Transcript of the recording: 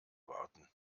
warten